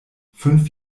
fünf